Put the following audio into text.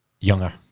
Younger